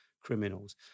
criminals